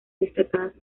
destacadas